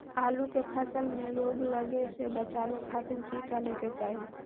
आलू के फसल में रोग लगे से बचावे खातिर की करे के चाही?